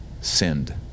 sinned